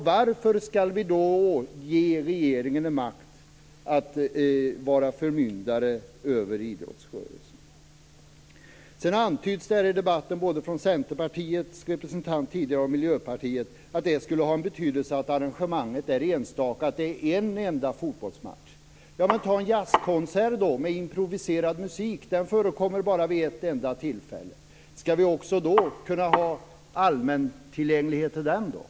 Varför skall vi då ge regeringen makt att vara förmyndare över idrottsrörelsen? Sedan antyddes det i debatten, både från Centerpartiets representant här tidigare och från Miljöpartiet, att det skulle ha en betydelse att arrangemanget är enstaka, att det är en enda fotbollsmatch. Ja men ta en jazzkonsert då, med improviserad musik. Den förekommer bara vid ett enda tillfälle. Skall vi kunna ha allmän tillgänglighet också till den?